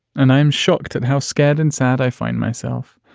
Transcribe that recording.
and i'm shocked at how scared and sad i find myself.